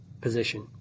position